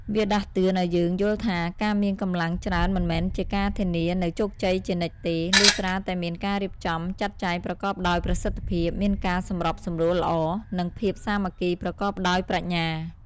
វាដាស់តឿនឲ្យយើងយល់ថា ការមានកម្លាំងច្រើនមិនមែនជាការធានានូវជោគជ័យជានិច្ចទេ លុះត្រាតែមានការរៀបចំចាត់ចែងប្រកបដោយប្រសិទ្ធភាព មានការសម្របសម្រួលល្អ និងភាពសាមគ្គីប្រកបដោយប្រាជ្ញា។